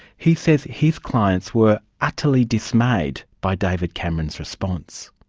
he says his clients were' utterly dismayed' by david cameron's response.